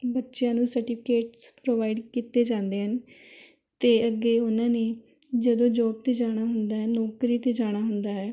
ਬੱਚਿਆਂ ਨੂੰ certificates provide ਕੀਤੇ ਜਾਂਦੇ ਹਨ ਅਤੇ ਅੱਗੇ ਉਹਨਾਂ ਨੇ ਜਦੋਂ ਜੋਬ 'ਤੇ ਜਾਣਾ ਹੁੰਦਾ ਨੌਕਰੀ 'ਤੇ ਜਾਣਾ ਹੁੰਦਾ ਹੈ